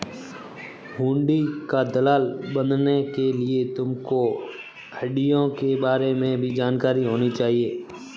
हुंडी का दलाल बनने के लिए तुमको हुँड़ियों के बारे में भी जानकारी होनी चाहिए